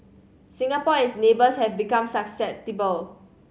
Singapore and its neighbours have been susceptible